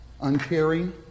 uncaring